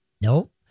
Nope